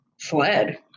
fled